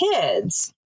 kids